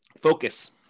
Focus